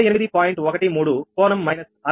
13 కోణం మైనస్ 63